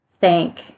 thank